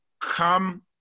come